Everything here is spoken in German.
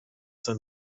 denn